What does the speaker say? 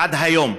עד היום.